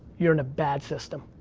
you're in a bad system.